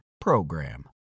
PROGRAM